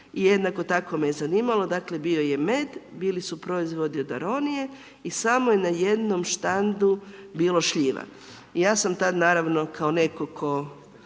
jednako me je zanimalo dakle, bio je med, bili su proizvodi od aronije i samo je na jednom štandu bilo šljiva. Ja sam tad naravno kao netko tko